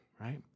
right